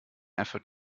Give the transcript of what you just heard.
effort